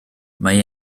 mae